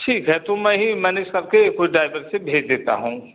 ठीक है तो मैं ही मैनेज कर के कोई ड्राइवर से भेज देता हूँ